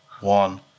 one